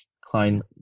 Klein